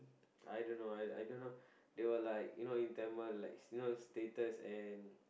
I don't know I I don't know they were like you know in Tamil like you know status and